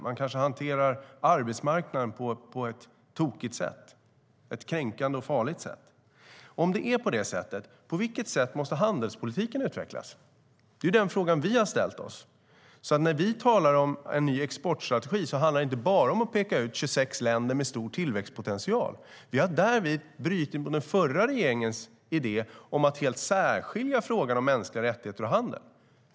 Man kanske hanterar arbetsmarknaden på ett kränkande och farligt sätt. Om det är så, på vilket sätt måste handelspolitiken utvecklas? Det är den frågan vi har ställt oss. När vi talar om en ny exportstrategi handlar det inte bara om att peka ut 26 länder med stor tillväxtpotential. Vi har därvid brutit mot den förra regeringens idé om att helt särskilja frågan om mänskliga rättigheter och handel.